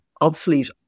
obsolete